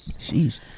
jeez